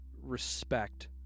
respect